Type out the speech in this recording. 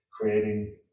creating